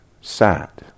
sat